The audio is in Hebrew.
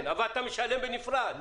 אבל אתה משלם בנפרד.